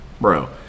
bro